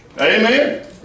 Amen